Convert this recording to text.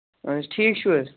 اَہن حظ ٹھیٖک چھِو حظ